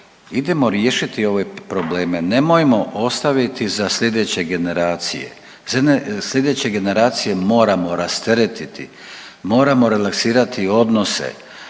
idemo riješiti ove probleme. Nemojmo ostaviti za sljedeće generacije. Sljedeće generacije moramo rasteretiti. Moramo relaksirati odnose.